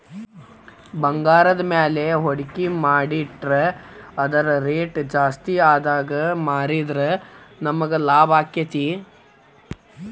ಭಂಗಾರದ್ಮ್ಯಾಲೆ ಹೂಡ್ಕಿ ಮಾಡಿಟ್ರ ಅದರ್ ರೆಟ್ ಜಾಸ್ತಿಆದಾಗ್ ಮಾರಿದ್ರ ನಮಗ್ ಲಾಭಾಕ್ತೇತಿ